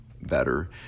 better